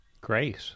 great